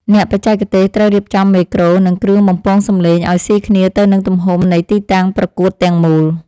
អ្នកបច្ចេកទេសត្រូវរៀបចំមេក្រូ និង គ្រឿងបំពងសម្លេងឱ្យស៊ីគ្នាទៅនឹងទំហំនៃទីតាំងប្រកួតទាំងមូល។